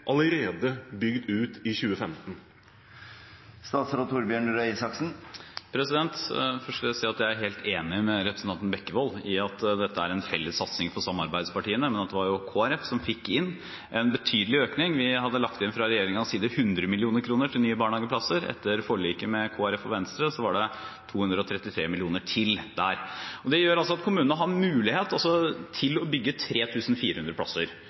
allerede bygd ut i 2015? Først vil jeg si at jeg er helt enig med representanten Bekkevold i at dette er en fellessatsing for samarbeidspartiene, men at det var Kristelig Folkeparti som fikk inn en betydelig økning. Vi hadde fra regjeringens side lagt inn 100 mill. kr til nye barnehageplasser. Etter forliket med Kristelig Folkeparti og Venstre var det 233 mill. kr til der. Det gjør altså at kommunene har mulighet til å bygge 3 400 plasser,